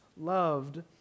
loved